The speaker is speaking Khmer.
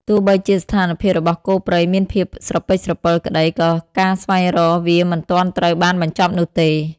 ទោះបីជាស្ថានភាពរបស់គោព្រៃមានភាពស្រពិចស្រពិលក្តី ក៏ការស្វែងរកវាមិនទាន់ត្រូវបានបញ្ចប់នោះទេ។